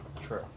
true